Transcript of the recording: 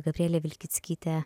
gabrielė vilkickytė